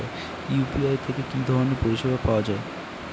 UPI থেকে কি ধরণের পরিষেবা পাওয়া য়ায়?